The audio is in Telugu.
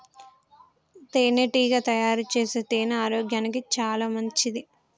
తేనెటీగ తయారుచేసే తేనె ఆరోగ్యానికి చాలా మంచిది